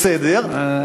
בסדר,